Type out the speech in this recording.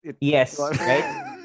Yes